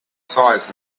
size